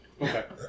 Okay